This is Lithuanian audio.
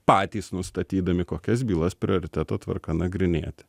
patys nustatydami kokias bylas prioriteto tvarka nagrinėti